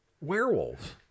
Werewolves